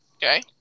Okay